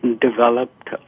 developed